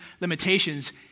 limitations